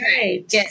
right